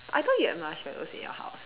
I thought you had marshmallows in your house